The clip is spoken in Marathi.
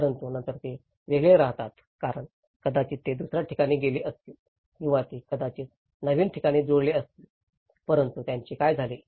परंतु नंतर ते वेगळे राहतात कारण कदाचित ते दुसर्या ठिकाणी गेले असतील किंवा ते कदाचित नवीन ठिकाणी जुळले असतील परंतु त्यांचे काय झाले